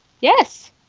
Yes